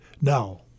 Now